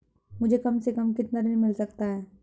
मुझे कम से कम कितना ऋण मिल सकता है?